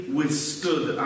withstood